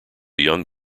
young